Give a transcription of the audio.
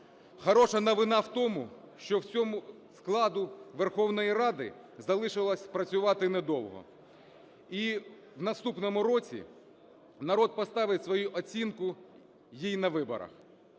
Хороша новина в тому, що цьому складу Верховної Ради залишилося працювати недовго, і в наступному році народ поставить свою оцінку їй на виборах.